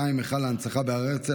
42) (היכל ההנצחה בהר הרצל),